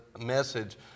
message